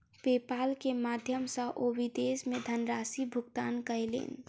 PayPal के माध्यम सॅ ओ विदेश मे धनराशि भुगतान कयलैन